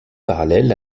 parallèle